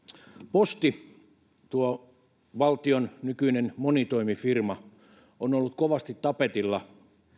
posti tuo valtion nykyinen monitoimifirma on ollut kovasti tapetilla